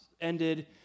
ended